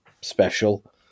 special